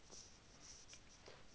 okay lah